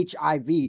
HIV